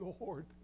Lord